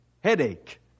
headache